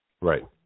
Right